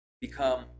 become